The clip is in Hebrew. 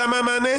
שם המענה?